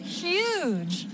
huge